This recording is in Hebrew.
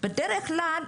בדרך כלל,